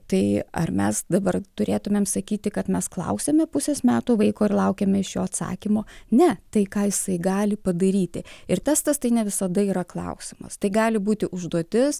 tai ar mes dabar turėtumėm sakyti kad mes klausiame pusės metų vaiko ir laukiame iš jo atsakymo ne tai ką jisai gali padaryti ir testas tai ne visada yra klausimas tai gali būti užduotis